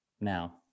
now